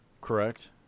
correct